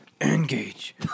Engage